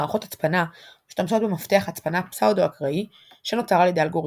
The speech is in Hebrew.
מערכות הצפנה משתמשות במפתח הצפנה פסאודו־אקראי שנוצר על ידי אלגוריתם.